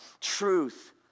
Truth